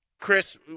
Chris